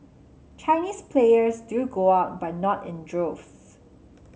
Chinese players do go out but not in droves